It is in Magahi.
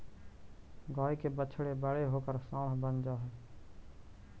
गाय के बछड़े बड़े होकर साँड बन जा हई